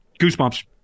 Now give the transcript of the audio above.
goosebumps